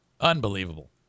Unbelievable